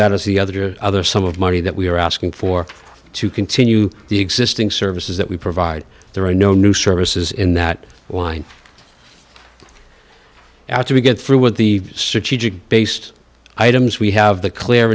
that as the other other sum of money that we are asking for to continue the existing services that we provide there are no new services in that wine after we get through with the search based items we have the clear